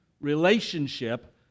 relationship